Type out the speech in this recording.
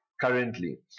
currently